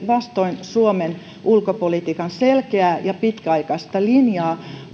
vastoin suomen ulkopolitiikan selkeää ja pitkäaikaista linjaa